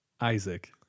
Isaac